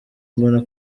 mbona